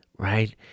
right